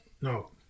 no